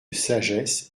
sagesse